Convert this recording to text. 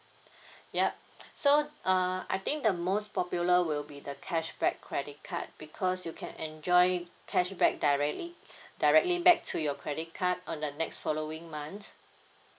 yup so uh I think the most popular will be the cashback credit card because you can enjoy cashback directly directly back to your credit card on the next following month